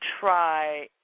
try